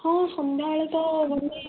ହଁ ସନ୍ଧ୍ୟାବେଳେ ତ ଗଲେ